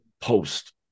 post